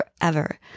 forever